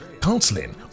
counseling